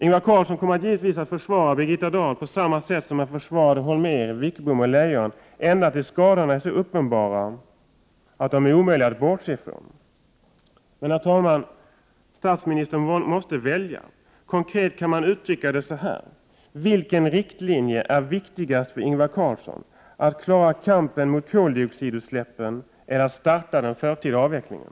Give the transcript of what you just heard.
Ingvar Carlsson kommer givetvis att försvara Birgitta Dahl på samma sätt som han försvarade Holmér, Wickbom och Leijon, ända tills skadorna är så uppenbara att de är omöjliga att bortse från. Statsministern måste välja. Konkret kan man uttrycka det så här: Vilken riktlinje är viktigast för Ingvar Carlsson — att klara kampen mot koldioxidutsläppen eller att starta den förtida avvecklingen?